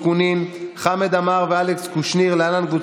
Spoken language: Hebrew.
3,000 שקלים.